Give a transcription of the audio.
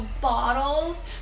bottles